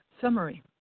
Summary